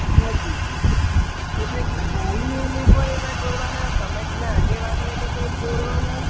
હા જી એટલે વાલીઓને પણ એમાં જોડવાના સમાજના આગેવાનીઓને પણ જોડવાના